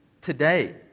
today